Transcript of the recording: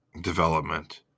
development